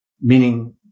meaning